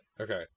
Okay